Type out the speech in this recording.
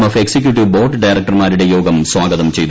F executive board ഡയറക്ടർമാരുടെ യോഗം സ്വാഗതം ചെയ്തു